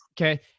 Okay